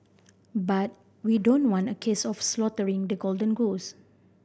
but we don't want a case of slaughtering the golden goose